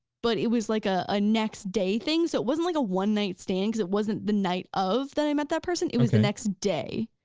but it was like a ah next day things, so it wasn't like a one night stand, cause it wasn't the night of that i met that person, it was the next day.